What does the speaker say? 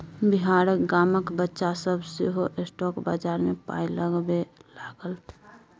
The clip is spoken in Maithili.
बिहारक गामक बच्चा सभ सेहो स्टॉक बजार मे पाय लगबै लागल